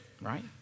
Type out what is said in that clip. right